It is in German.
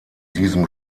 diesem